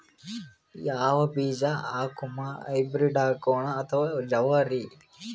ಯಾವ ಬೀಜ ಹಾಕುಮ, ಹೈಬ್ರಿಡ್ ಹಾಕೋಣ ಅಥವಾ ಜವಾರಿ?